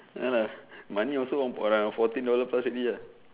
ya lah money also um around fourteen dollar plus already ah